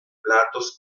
platos